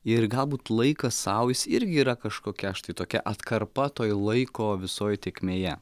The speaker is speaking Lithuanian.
ir galbūt laikas sau jis irgi yra kažkokia štai tokia atkarpa toj laiko visoj tėkmėje